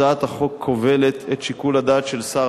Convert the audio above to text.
הצעת החוק כובלת את שיקול הדעת של שר